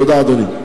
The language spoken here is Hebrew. תודה, אדוני.